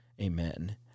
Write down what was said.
Amen